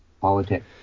politics